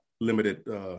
limited